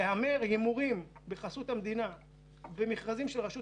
להמר הימורים בחסות המדינה במכרזים של רשות